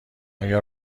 آیا